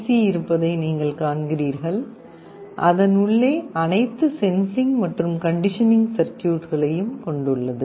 C இருப்பதை நீங்கள் காண்கிறீர்கள் அதன் உள்ளே அனைத்து சென்சிங் மற்றும் கண்டிஷனிங் சர்க்யூட்களையும் கொண்டுள்ளது